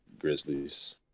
Grizzlies